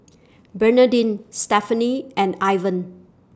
Bernadine Stephenie and Ivan